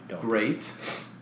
great